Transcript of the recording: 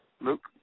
Luke